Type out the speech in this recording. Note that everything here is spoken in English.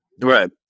right